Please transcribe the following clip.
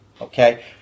Okay